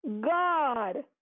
God